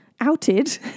outed